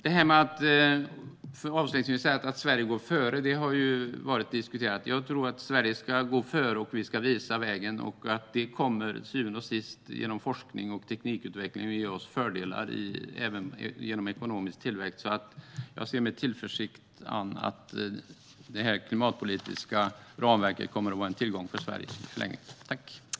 Jag vill avslutningsvis säga att detta med att Sverige går före har diskuterats. Sverige ska gå före och visa vägen. Det kommer till syvende och sist genom forskning och teknikutveckling att ge oss fördelar även i form av ekonomisk tillväxt. Jag ser med tillförsikt fram mot det. Det klimatpolitiska ramverket kommer i förlängningen att vara en tillgång för Sverige.